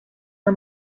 her